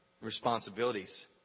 responsibilities